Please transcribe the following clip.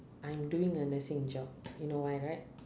I'm doing a nursing job you know why right